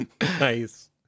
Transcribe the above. nice